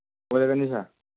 ꯑꯣꯏꯔꯒꯅꯤ ꯁꯥꯔ